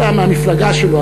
אתה מהמפלגה שלו,